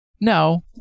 No